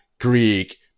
Greek